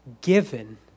given